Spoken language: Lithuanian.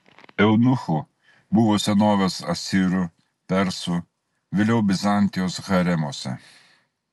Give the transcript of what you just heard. eunuchų buvo senovės asirų persų vėliau bizantijos haremuose